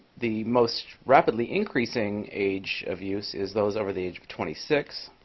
the most rapidly increasing age of use is those over the age twenty six.